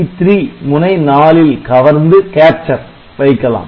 PB3 முனை 4 ல் கவர்ந்து வைக்கலாம்